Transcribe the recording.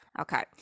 okay